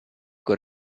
col